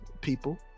people